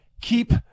keep